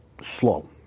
slow